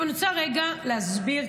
אני רוצה רגע להסביר,